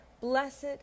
Blessed